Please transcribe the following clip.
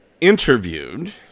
interviewed